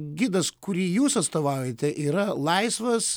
gidas kurį jūs atstovaujate yra laisvas